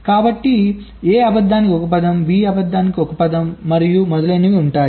కాబట్టి A అబద్ధానికి 1 పదం B అబద్ధానికి 1 పదం మరియు మొదలైనవి ఉంటాయి